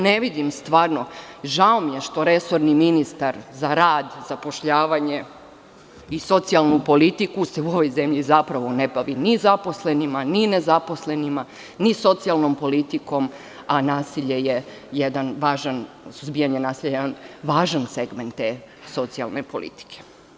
Ne vidim stvarno i žao mi je što resorni ministar za rad, zapošljavanje i socijalnu politiku se u ovoj zemlji zaista ne bavi ni zaposlenima, ni nezaposlenima, ni socijalnom politikom, a suzbijanje nasilja je jedan važan segment te socijalne politike.